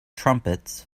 trumpets